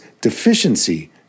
deficiency